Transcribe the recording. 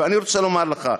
ואני רוצה לומר לך,